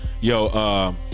Yo